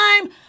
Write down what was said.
time